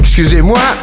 Excusez-moi